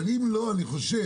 אבל אם לא, אני חושב